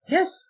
Yes